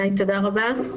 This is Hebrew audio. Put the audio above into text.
תודה רבה.